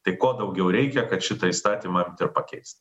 tai ko daugiau reikia kad šitą įstatymą pakeist